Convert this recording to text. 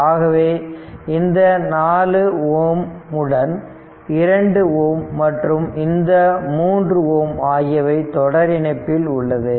ஆகவே இந்த 4 Ω உடன் 2 Ω மற்றும் 3 Ω ஆகியவை தொடர் இணைப்பில் உள்ளது